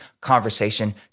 conversation